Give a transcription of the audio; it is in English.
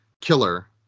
killer